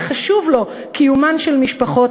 וחשוב לו קיומן של משפחות,